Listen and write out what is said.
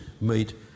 meet